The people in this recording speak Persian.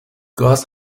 گاز